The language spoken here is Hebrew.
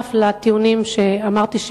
נוסף לטיעונים שאני אמרתי,